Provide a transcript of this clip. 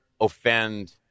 offend